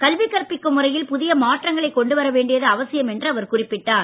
கல்வி கற்பிக்கும் முறையில் புதிய மாற்றங்களைக் கொண்டு வர வேண்டியது அவசியம் என்று அவர் குறிப்பிட்டார்